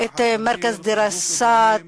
מרכז "דיראסאת",